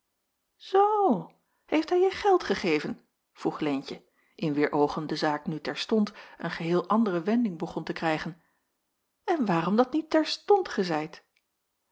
zoo heeft hij je geld gegeven vroeg leentje in wier oogen de zaak nu terstond een geheel andere wending begon te krijgen en waarom dat niet terstond gezeid